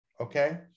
Okay